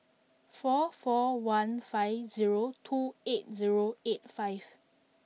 four four one five zero two eight zero eight five